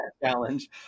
challenge